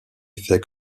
effet